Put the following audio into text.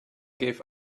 gave